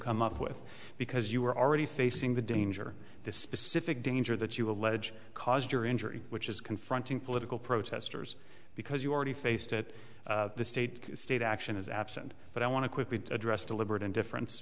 come up with because you were already facing the danger this specific danger that you allege caused your injury which is confronting political protestors because you already faced it the state state action is absent but i want to quickly address deliberate indifference